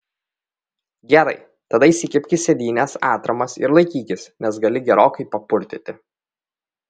gerai tada įsikibk į sėdynes atramas ir laikykis nes gali gerokai papurtyti